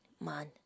man